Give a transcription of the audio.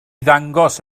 ddangos